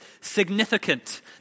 significant